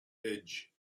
edge